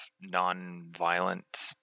non-violent